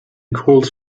calls